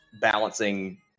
balancing